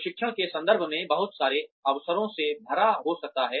प्रशिक्षण के संदर्भ में बहुत सारे अवसरों से भरा हो सकता है